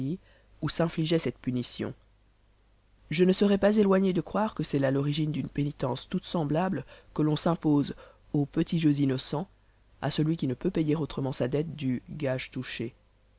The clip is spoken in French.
où s'infligeait cette punition je ne serais pas éloigné de croire que c'est là l'origine d'une pénitence toute semblable que l'on s'impose aux petits jeux innocens à celui qui ne peut payer autrement sa dette du gage touché